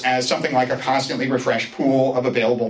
as something like a constantly refreshed pool of available